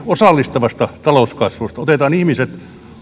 osallistavasta talouskasvusta otetaan ihmiset